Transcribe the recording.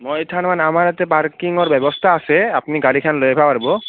মই আমাৰ ইয়াতে পাৰ্কিঙৰ ব্যৱস্থা আছে আপুনি গাড়ীখন লৈ আহিব পাৰিব